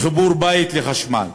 לחיבור בית לחשמל,